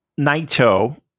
Naito